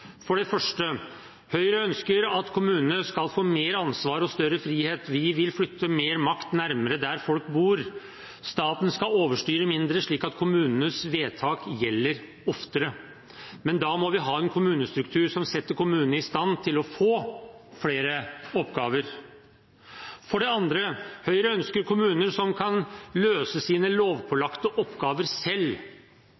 For det første: Høyre ønsker at kommunene skal få mer ansvar og større frihet. Vi vil flytte mer makt nærmere der folk bor. Staten skal overstyre mindre, slik at kommunenes vedtak gjelder oftere. Men da må vi ha en kommunestruktur som setter kommunene i stand til å få flere oppgaver. For det andre: Høyre ønsker kommuner som kan løse sine